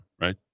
right